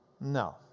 No